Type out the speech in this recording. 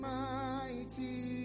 mighty